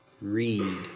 read